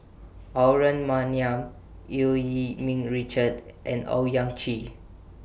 Aaron Maniam EU Yee Ming Richard and Owyang Chi